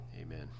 Amen